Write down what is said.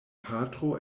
patro